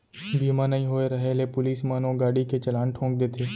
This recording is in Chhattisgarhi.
बीमा नइ होय रहें ले पुलिस मन ओ गाड़ी के चलान ठोंक देथे